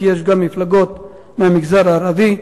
כי יש גם מפלגות מהמגזר הערבי.